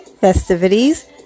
festivities